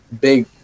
big